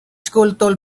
schooltool